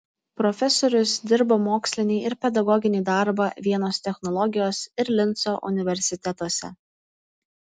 profesorius dirbo mokslinį ir pedagoginį darbą vienos technologijos ir linco universitetuose